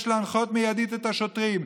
יש להנחות מיידית את השוטרים: